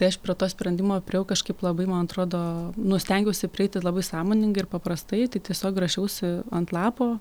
tai aš prie to sprendimo priėjau kažkaip labai man atrodo nu stengiausi prieiti labai sąmoningai ir paprastai tai tiesiog rašiausi ant lapo